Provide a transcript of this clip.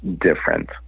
different